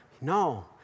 No